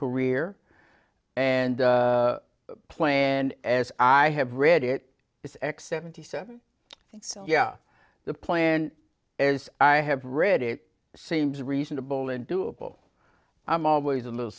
career and playing and as i have read it is x seventy seven think so yeah the plan as i have read it seems reasonable and doable i'm always a little